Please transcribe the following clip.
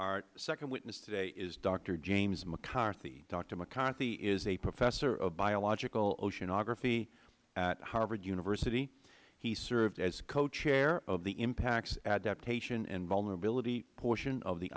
our second witness today is doctor james mccarthy doctor mccarthy is a professor of biological oceanography at harvard university he served as co chair of the impacts adaptation and vulnerability portion of the